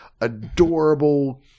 adorable